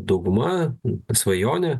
dauguma svajonė